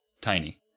tiny